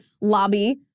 lobby